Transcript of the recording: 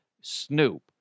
Snoop